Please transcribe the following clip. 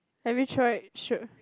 have you tried sure